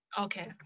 okay